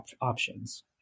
options